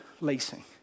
lacing